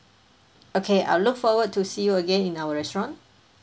okay I look forward to see you again in our restaurant